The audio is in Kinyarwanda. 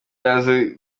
azi